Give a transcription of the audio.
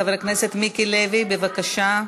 חבר הכנסת מיקי לוי, בבקשה.